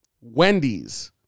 wendy's